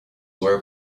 were